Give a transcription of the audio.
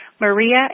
Maria